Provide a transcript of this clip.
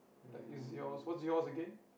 like is yours what's yours again